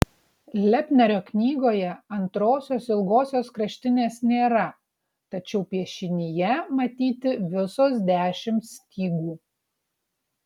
lepnerio knygoje antrosios ilgosios kraštinės nėra tačiau piešinyje matyti visos dešimt stygų